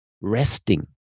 resting